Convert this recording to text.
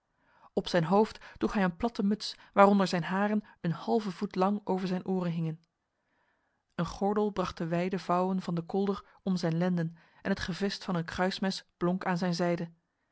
op zijn hoofd droeg hij een platte muts waaronder zijn haren een halve voet lang over zijn oren hingen een gordel bracht de wijde vouwen van de kolder om zijn lenden en het gevest van een kruismes blonk aan zijn zijde